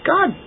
God